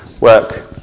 work